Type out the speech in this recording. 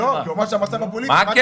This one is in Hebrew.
כי הוא אמר שהמצב הפוליטי לא מאפשר.